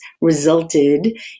resulted